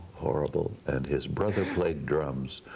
horrible, and his brother played drums.